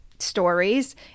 stories